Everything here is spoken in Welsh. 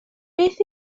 beth